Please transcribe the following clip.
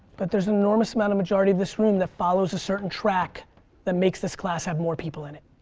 but there's an enormous amount of majority of this room that follows a certain track that makes this class have more people in it,